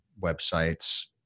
websites